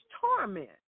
torment